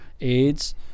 AIDS